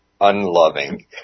unloving